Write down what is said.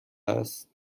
است